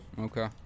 Okay